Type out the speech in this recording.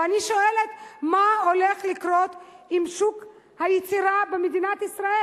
ואני שואלת: מה הולך לקרות עם שוק היצירה במדינת ישראל?